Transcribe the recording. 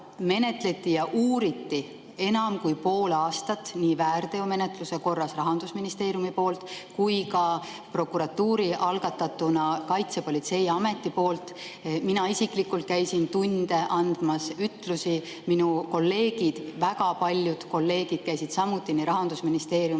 menetles seda ja uuris enam kui pool aastat nii väärteomenetluse korras Rahandusministeerium kui ka prokuratuuri algatusel Kaitsepolitseiamet. Mina isiklikult käisin tunde andmas ütlusi, minu kolleegid, väga paljud kolleegid käisid samuti nii Rahandusministeeriumis